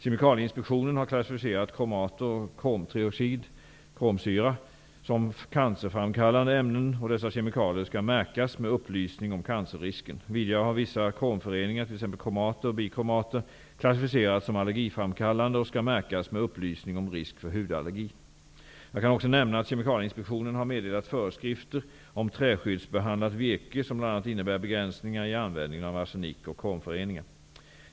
Kemikalieinspektionen har klassificerat kromater och kromtrioxid som cancerframkallande ämnen, och dessa kemikalier skall märkas med upplysning om cancerrisken. Vidare har vissa kromföreningar, t.ex. kromater och bikromater, klassificerats som allergiframkallande och skall märkas med upplysning om risk för hudallergi. Jag kan också nämna att Kemikalieinspektionen har meddelat föreskrifter om träskyddsbehandlat virke som bl.a. innebär begränsningar i användningen av arsenik och kromföreningar.